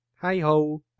Hi-ho